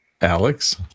Alex